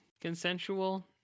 consensual